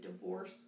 divorce